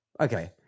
okay